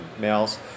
males